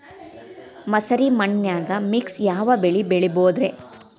ಮಸಾರಿ ಮಣ್ಣನ್ಯಾಗ ಮಿಕ್ಸ್ ಯಾವ ಬೆಳಿ ಬೆಳಿಬೊದ್ರೇ?